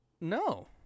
No